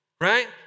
right